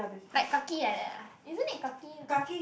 like kaki like that ah isn't it kaki